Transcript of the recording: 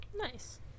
Nice